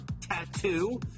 tattoo